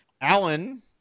Allen